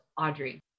Audrey